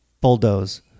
Bulldoze